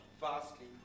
vastly